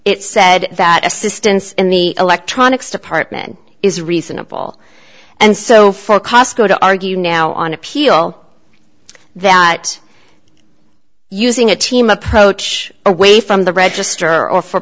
it said that assistance in the electronics department is reasonable and so for cosco to argue now on appeal that using a team approach away from the register or for